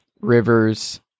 Rivers